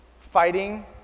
fighting